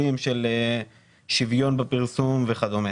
ועדות מכרזים של המשרדים שמנחות מה צריך ובהתאם לה קונים את המכרז.